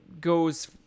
goes